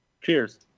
Cheers